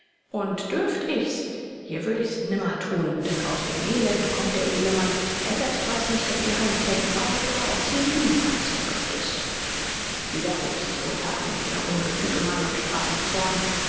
und dürfte ich's hier würde ich es nimmer tun denn aus dem elend kommt der edle mann er selbst weiß nicht ob die heimkehr ihm bald oder ob sie ihm niemals vergönnt ist wieder hob sich rothari der ungefüge mann und sprach im zorn